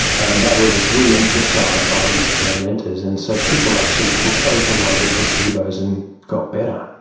and that was re-emphasised by the experimenters. and so people actually took open label placebos and got better.